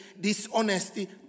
dishonesty